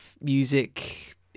music